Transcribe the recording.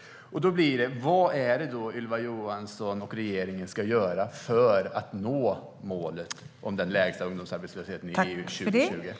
Vad är det Ylva Johansson och regeringen ska göra för att nå målet om den lägsta ungdomsarbetslösheten i EU 2020?